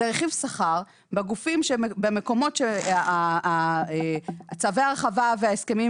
זה רכיב שכר במקומות שצווי ההרחבה וההסכמים